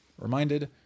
reminded